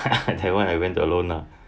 that [one] I went alone lah